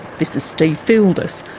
this is steve fieldus,